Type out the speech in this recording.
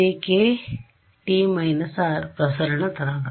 →r ಪ್ರಸರಣ ತರಂಗ